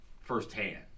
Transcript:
Firsthand